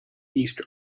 east